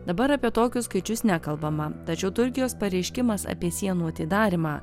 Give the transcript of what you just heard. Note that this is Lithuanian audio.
dabar apie tokius skaičius nekalbama tačiau turkijos pareiškimas apie sienų atidarymą